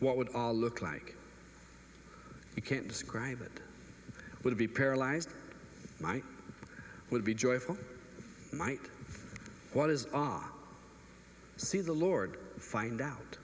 what would all look like you can't describe it would be paralyzed my would be joyful might what is are see the lord find out